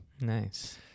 Nice